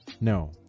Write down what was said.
No